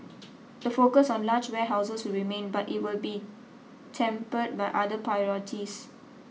the focus on large warehouses will remain but it will be tempered by other priorities